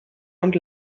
und